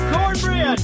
Cornbread